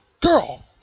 girl